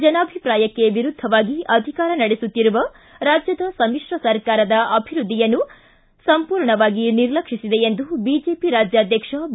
ಜನಾಭಿಪ್ರಾಯಕ್ಕೆ ವಿರುದ್ಧವಾಗಿ ಅಧಿಕಾರ ನಡೆಸುತ್ತಿರುವ ರಾಜ್ಯದ ಸಮಿತ್ರ ಸರ್ಕಾರ ಅಭಿವೃದ್ಧಿಯನ್ನು ಸಂಪೂರ್ಣವಾಗಿ ನಿರ್ಲಕ್ಷಿಸಿದೆ ಎಂದು ಬಿಜೆಪಿ ರಾಜ್ಯಾಧ್ಯಕ್ಷ ಬಿ